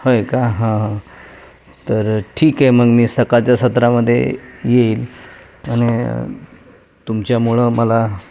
होय का हां हां तर ठीक आहे मग मी सकाळच्या सत्रामध्ये येईल आणि तुमच्यामुळं मला